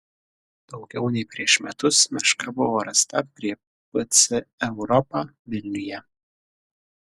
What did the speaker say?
daugiau nei prieš metus meška buvo rasta prie pc europa vilniuje